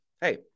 hey